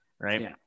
Right